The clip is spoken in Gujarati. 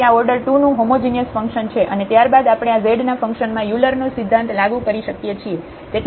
તેથી આ ઓર્ડર 2 નું હોમોજિનિયસ ફંક્શન છે અને ત્યાર બાદ આપણે આ z ના ફંક્શન માં યુલરનો Euler's સિદ્ધાંત લાગુ કરી શકીએ છીએ